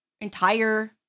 entire